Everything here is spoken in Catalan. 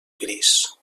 gris